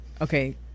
Okay